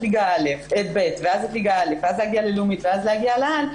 ליגה ב' וגם את ליגה א' ואז להגיע ללאומית ואז להגיע לעל,